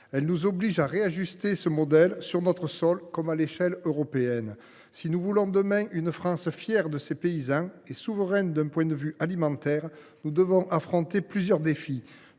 Elles nous obligent à réajuster ce modèle, sur notre sol comme à l’échelle européenne. Si nous voulons demain une France fière de ses paysans et souveraine d’un point de vue alimentaire, nous devons affronter plusieurs défis,